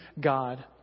God